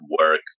work